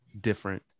different